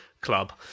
club